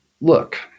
look